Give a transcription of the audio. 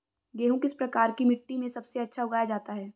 गेहूँ किस प्रकार की मिट्टी में सबसे अच्छा उगाया जाता है?